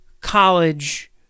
college